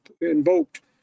invoked